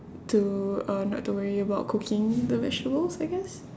to uh not to worry about cooking the vegetables I guess